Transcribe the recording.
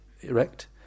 erect